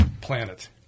planet